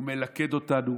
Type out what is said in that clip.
היא מלכדת אותנו,